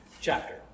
chapter